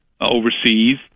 overseas